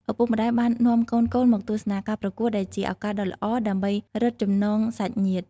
ឪពុកម្តាយបាននាំកូនៗមកទស្សនាការប្រកួតដែលជាឱកាសដ៏ល្អដើម្បីរឹតចំណងសាច់ញាតិ។